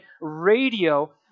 radio